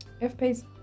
F-Pace